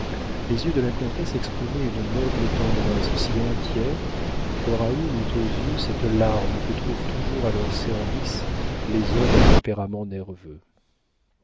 les yeux de la comtesse exprimaient une noble tendresse si entière que raoul eut aux yeux cette larme que trouvent toujours à leur service les hommes à tempérament